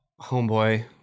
homeboy